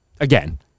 again